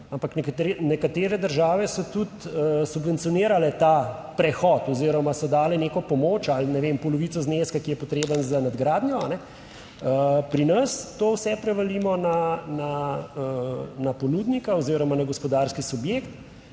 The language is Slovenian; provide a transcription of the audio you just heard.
nekatere države so tudi subvencionirale ta prehod oziroma so dale neko pomoč ali, ne vem, polovico zneska, ki je potreben za nadgradnjo, pri nas to vse prevalimo na ponudnika oziroma na gospodarski subjekt,